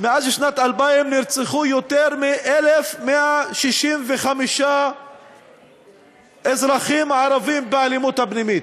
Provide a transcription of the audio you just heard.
מאז שנת 2000 נרצחו יותר מ-1,165 אזרחים ערבים באלימות הפנימית.